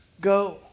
Go